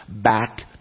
back